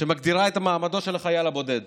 שמגדירה את מעמדו של החייל הבודד